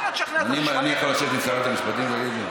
עזוב, תאמין לי, בשביל העניין.